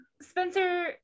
Spencer